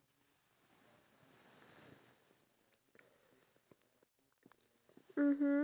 take into consideration the amount of stress and pressure that is on the government himself